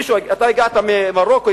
אתה הגעת ממרוקו,